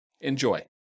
Enjoy